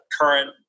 current